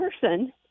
person